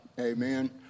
Amen